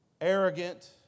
arrogant